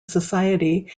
society